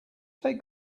take